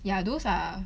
ya those are